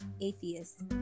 atheist